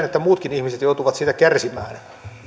että muutkin ihmiset joutuvat siitä kärsimään